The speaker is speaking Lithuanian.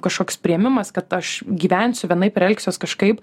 kažkoks priėmimas kad aš gyvensiu vienaip ir elgsiuos kažkaip